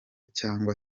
cyangwa